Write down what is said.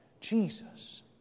Jesus